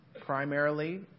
Primarily